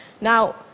Now